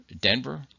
Denver